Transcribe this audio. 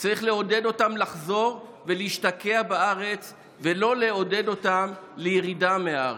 צריך לעודד אותם לחזור ולהשתקע בארץ ולא לעודד אותם לירידה מהארץ.